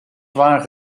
zwaar